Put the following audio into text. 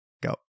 Go